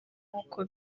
nk’uko